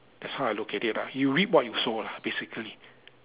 that's why I look at it ah you reap what you sow lah basically